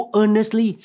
earnestly